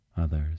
others